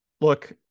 look